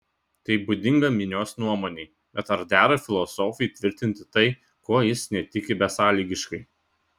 tai būdinga minios nuomonei bet ar dera filosofui tvirtinti tai kuo jis netiki besąlygiškai